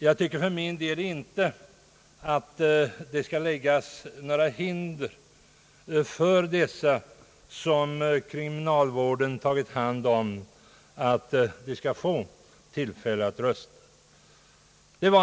Jag tycker för min del inte att det bör läggas några hinder i vägen för dem som kriminalvården har tagit hand om när det gäller att få tillfälle att rösta.